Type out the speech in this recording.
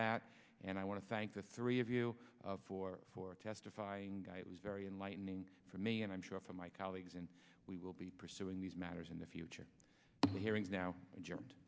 that and i want to thank the three of you for for testifying guy it was very enlightening for me and i'm sure for my colleagues and we will be pursuing these matters in the future hearings now